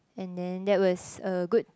and then that was a good